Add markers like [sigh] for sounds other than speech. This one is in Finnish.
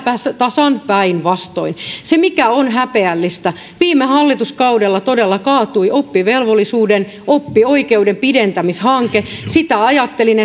tasan päinvastoin se mikä on häpeällistä on että viime hallituskaudella todella kaatui oppivelvollisuuden oppioikeuden pidentämishanke sitä ajattelin [unintelligible]